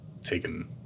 taken